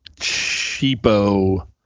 cheapo